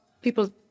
people